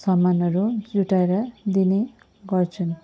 सामानहरू जुटाएर दिने गर्छन्